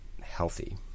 healthy